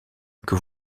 que